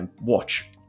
Watch